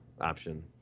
option